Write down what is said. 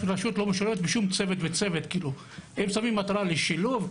הם שמים מטרה לשילוב,